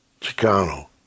Chicano